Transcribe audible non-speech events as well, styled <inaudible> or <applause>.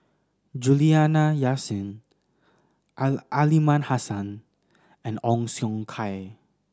Juliana Yasin <unintelligible> Aliman Hassan and Ong Siong Kai